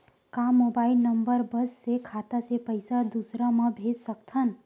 का mobile number बस से खाता से पईसा दूसरा मा भेज सकथन?